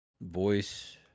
voice